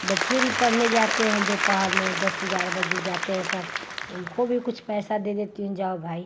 बच्चे भी पढ़ने जाते हैं दोपहर में दस ग्यारह बजे जाते हैं सब उनको भी कुछ पैसा दे देती हूँ जाओ भाई